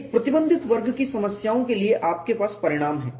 एक प्रतिबंधित वर्ग की समस्याओं के लिए आपके पास परिणाम हैं